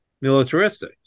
militaristic